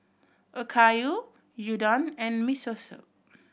Okayu Gyudon and Miso Soup